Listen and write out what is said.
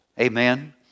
Amen